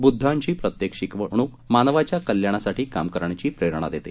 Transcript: बुध्दांची प्रत्येक शिकवणूक मानवाच्या कल्याणासाठी काम करण्याची प्रेरणा देते